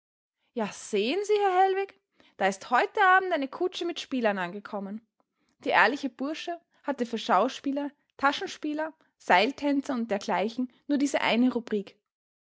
ja sehen sie herr hellwig da ist heute abend eine kutsche mit spielern angekommen der ehrliche bursche hatte für schauspieler taschenspieler seiltänzer und dergleichen nur diese eine rubrik